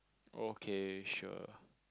okay sure